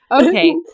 Okay